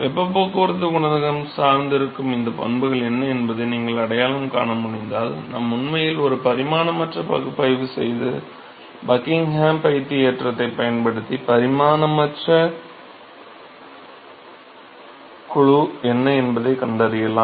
வெப்பப் போக்குவரத்து குணகம் சார்ந்து இருக்கும் இந்த பண்புகள் என்ன என்பதை நீங்கள் அடையாளம் காண முடிந்தால் நாம் உண்மையில் ஒரு பரிமாணமற்ற பகுப்பாய்வு செய்து பக்கிங்ஹாம் π தேற்றத்தை பயன்படுத்தி பரிமாணமற்ற குழு என்ன என்பதைக் கண்டறியலாம்